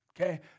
okay